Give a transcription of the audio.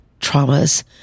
traumas